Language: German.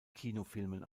kinofilmen